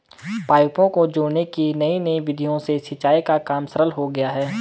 पाइपों को जोड़ने की नयी नयी विधियों से सिंचाई का काम सरल हो गया है